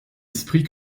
esprit